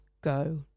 go